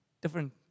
different